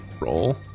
roll